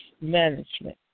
management